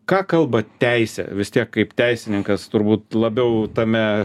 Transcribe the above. ką kalba teisė vis tiek kaip teisininkas turbūt labiau tame